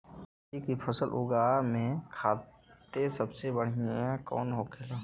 सब्जी की फसल उगा में खाते सबसे बढ़ियां कौन होखेला?